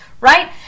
right